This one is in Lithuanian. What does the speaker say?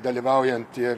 dalyvaujant ir